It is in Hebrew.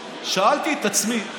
שאלתי את עצמי,